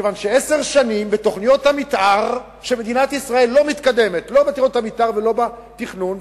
מכיוון שעשר שנים מדינת ישראל לא מתקדמת לא בתוכניות המיתאר ולא בתכנון,